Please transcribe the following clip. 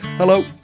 Hello